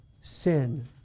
sin